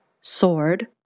Sword